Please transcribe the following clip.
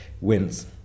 wins